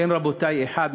כן, רבותי, אחד.